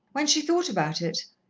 when she thought about it,